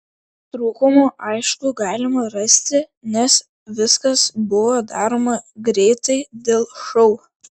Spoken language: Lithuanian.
trūkumų aišku galima rasti nes viskas buvo daroma greitai dėl šou